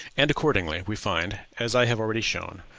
and, accordingly, we find, as i have already shown,